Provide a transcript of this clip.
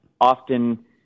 often